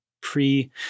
pre